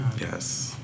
yes